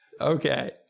okay